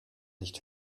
nicht